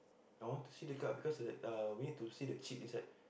I want to see the card because uh we need to see the chip inside